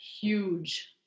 huge